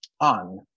on